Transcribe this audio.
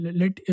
let